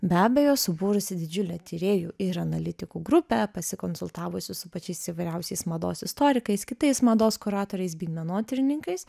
be abejo subūrusi didžiulę tyrėjų ir analitikų grupę pasikonsultavusi su pačiais įvairiausiais mados istorikais kitais mados kuratoriais bei menotyrininkais